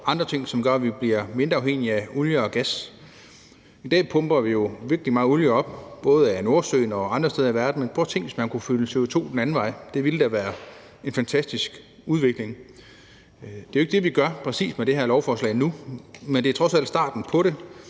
og andre ting, som gør, at vi bliver mindre afhængige af olie og gas. I dag pumper vi jo rigtig meget olie op både i Nordsøen og andre steder i verden, men prøv at tænke, hvis man kunne fylde CO2 den anden vej – det ville da være en fantastisk udvikling. Det er jo ikke det, vi gør præcist med det her lovforslag nu, men det er trods alt starten på det.